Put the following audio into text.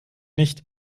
nicht